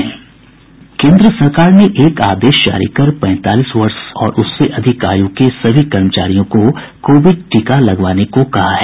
केन्द्र सरकार ने एक आदेश जारी कर पैंतालीस वर्ष और उससे अधिक आयु के सभी कर्मचारियों को कोविड टीका लगवाने को कहा है